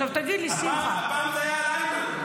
הפעם זה היה על איימן.